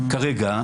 כרגע,